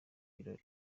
birori